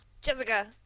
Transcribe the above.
Jessica